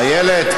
איילת,